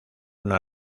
una